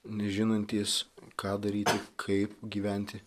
nežinantys ką daryti kaip gyventi